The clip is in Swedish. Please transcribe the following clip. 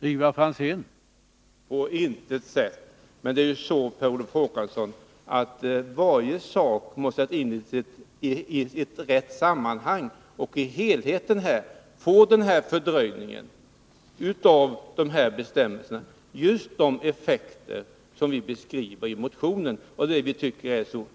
Herr talman! På intet sätt. Men varje sak måste sättas in i sitt rätta sammanhang. Och i helheten får fördröjningen av bestämmelsernas ikraftträdande just de effekter som vi beskriver i motionen. Det tycker vi är beklagligt.